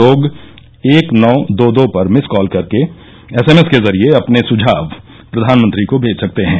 लोग एक नौ दो दो पर मिस कॉल कर एसएमएस के जरिए अपने सुझाव प्रधानमंत्री को भेज सकते हैं